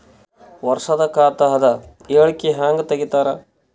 ವರ್ಷದ ಖಾತ ಅದ ಹೇಳಿಕಿ ಹೆಂಗ ತೆಗಿತಾರ?